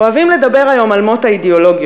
אוהבים לדבר היום על מות האידיאולוגיות.